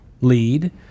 lead